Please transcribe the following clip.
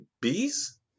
Bees